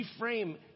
Reframe